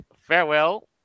Farewell